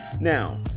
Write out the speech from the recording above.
Now